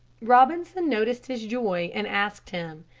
robinson noticed his joy and asked him,